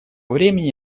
времени